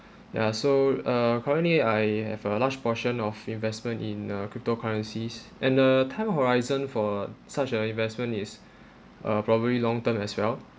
ya so uh currently I have a large portion of investment in a cryptocurrencies and uh time horizon for such a investment is uh probably long term as well